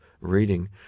reading